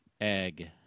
Egg